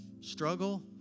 Struggle